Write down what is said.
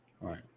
Right